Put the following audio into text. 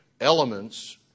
elements